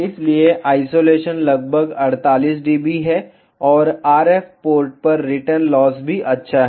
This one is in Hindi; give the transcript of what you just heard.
इसलिए आइसोलेशन लगभग 48 dB है और RF पोर्ट पर रिटर्न लॉस भी अच्छा है